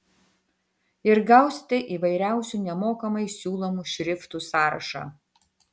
ir gausite įvairiausių nemokamai siūlomų šriftų sąrašą